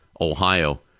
Ohio